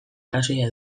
arrazoia